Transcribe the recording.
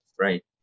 Right